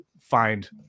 find